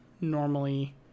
normally